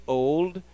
old